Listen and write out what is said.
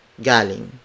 Galing